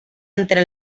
entre